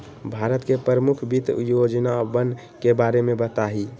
भारत के प्रमुख वित्त योजनावन के बारे में बताहीं